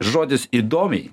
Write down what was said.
žodis įdomiai